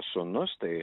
sūnus tai